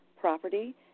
property